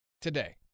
today